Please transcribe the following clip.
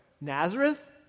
Nazareth